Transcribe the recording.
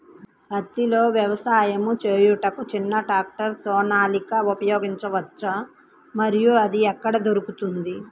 పత్తిలో వ్యవసాయము చేయుటకు చిన్న ట్రాక్టర్ సోనాలిక ఉపయోగించవచ్చా మరియు అది ఎక్కడ దొరుకుతుంది?